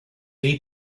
day